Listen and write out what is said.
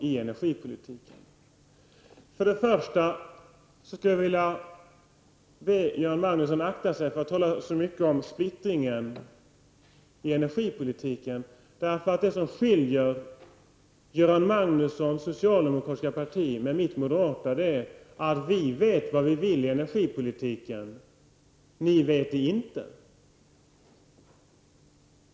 Jag skulle för det första vilja be Göran Magnusson att akta sig för att tala så mycket om splittringen i energipolitiken. Det som skiljer Göran Magnussons socialdemokratiska parti från mitt moderata är nämligen att vi vet vad vi vill i energipolitiken, men ni vet det inte.